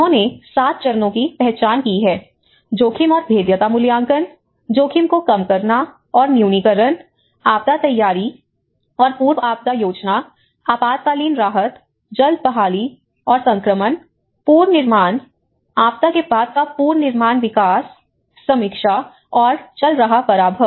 उन्होंने 7 चरणों की पहचान की है जोखिम और भेद्यता मूल्यांकन जोखिम को कम करना और न्यूनीकरण आपदा तैयारी और पूर्व आपदा योजना आपातकालीन राहत जल्द बहाली और संक्रमण पुनर्निर्माण आपदा के बाद का पुनर्निर्माण विकास समीक्षा और चल रहा पराभव